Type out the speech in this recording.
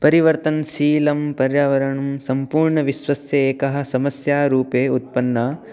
परिवर्तनशीलं पर्यावरणं सम्पूर्णविश्वस्य एकः समस्यारूपे उत्पन्नम्